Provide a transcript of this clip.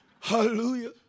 Hallelujah